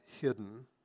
hidden